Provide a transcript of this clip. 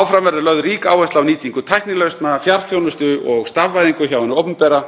Áfram verður lögð rík áhersla á nýtingu tæknilausna, fjarþjónustu og stafvæðingar hjá hinu opinbera,